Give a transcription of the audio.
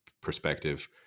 perspective